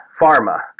pharma